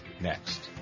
next